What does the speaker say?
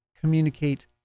communicate